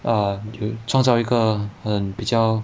err 创造一个很比较